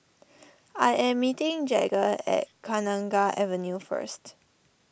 I am meeting Jagger at Kenanga Avenue first